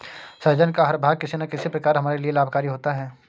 सहजन का हर भाग किसी न किसी प्रकार हमारे लिए लाभकारी होता है